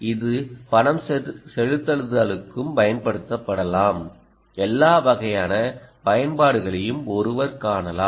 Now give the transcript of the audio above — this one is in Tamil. இது பணம் செலுத்துதலுக்கும் பயன்படுத்தப்படலாம் எல்லா வகையான பயன்பாடுகளையும் ஒருவர் காணலாம்